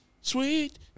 sweet